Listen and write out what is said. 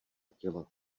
těla